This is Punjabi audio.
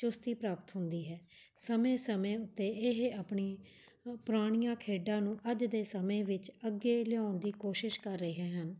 ਚੁਸਤੀ ਪ੍ਰਾਪਤ ਹੁੰਦੀ ਹੈ ਸਮੇਂ ਸਮੇਂ ਉੱਤੇ ਇਹ ਆਪਣੀ ਪੁਰਾਣੀਆਂ ਖੇਡਾਂ ਨੂੰ ਅੱਜ ਦੇ ਸਮੇਂ ਵਿੱਚ ਅੱਗੇ ਲਿਆਉਣ ਦੀ ਕੋਸ਼ਿਸ਼ ਕਰ ਰਹੇ ਹਨ